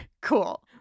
Cool